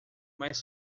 mas